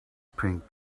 pink